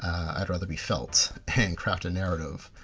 i'd rather be felt and craft a narrative